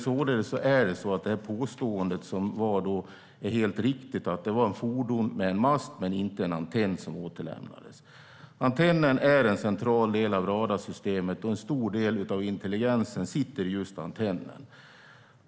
Således var påståendet helt riktigt: Det var ett fordon med en mast men inte med en antenn som återlämnades. Antennen är en central del av radarsystemet, och en stor del av intelligensen sitter just i antennen.